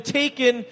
taken